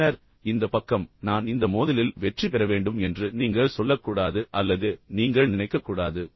பின்னர் இந்த பக்கம் நான் இந்த மோதலில் வெற்றி பெற வேண்டும் என்று நீங்கள் சொல்லக்கூடாது அல்லது நீங்கள் நினைக்கக்கூடாது